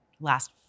last